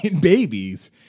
babies